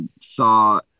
saw